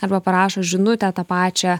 arba parašo žinutę tą pačią